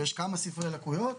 ויש כמה ספרי לקויות,